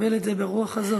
נקבל את זה ברוח הזאת.